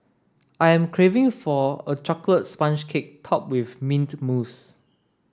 I am craving for a chocolate sponge cake topped with mint mousse